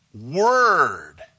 word